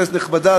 כנסת נכבדה,